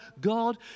God